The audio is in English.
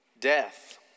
death